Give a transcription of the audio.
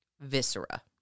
viscera